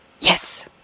Yes